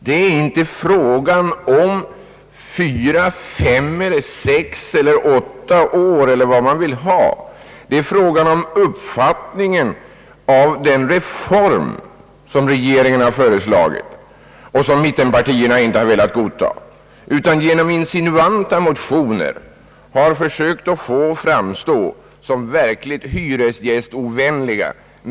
Det är inte fråga om fyra, fem eller sex eller åtta år, eller vad man vill ha. Det är fråga om uppfattningen om den reform som regeringen har föreslagit och som mittenpartierna inte har velat godta, men som de genom insinuanta motioner har försökt att få att framstå såsom verkligt hyresgästovänlig.